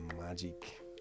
magic